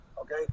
Okay